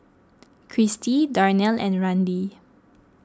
Cristi Darnell and Randy